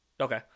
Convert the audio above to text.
Okay